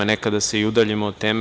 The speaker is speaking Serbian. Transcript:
Nekada se i udaljimo od teme.